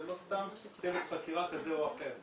זה לא סתם צוות חקירה כזה או אחר.